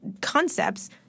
concepts